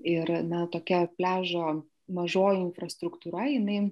ir na tokia pliažo mažoji infrastruktūra jinai